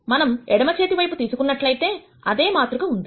మనం ఎడమచేతివైపు తీసుకున్నట్లయితే అదే మాతృక ఉంది